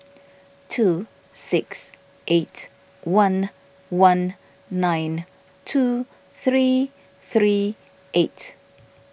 two six eight one one nine two three three eight